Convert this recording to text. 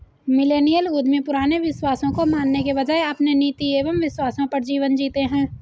millennial उद्यमी पुराने विश्वासों को मानने के बजाय अपने नीति एंव विश्वासों पर जीवन जीते हैं